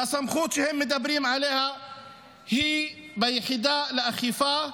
והסמכות שהם מדברים עליה היא ביחידה לאכיפה,